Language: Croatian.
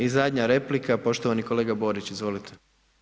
I zadnja replika poštovani kolega Borić, izvolite.